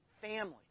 family